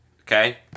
Okay